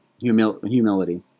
humility